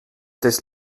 des